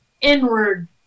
inward